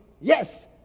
Yes